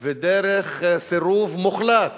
ודרך סירוב מוחלט